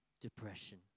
depression